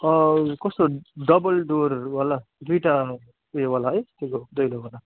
कस्तो डबल डुवर वाला दुईवटा उयो वाला है त्यो दैलो वाला